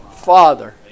father